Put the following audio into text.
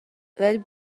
that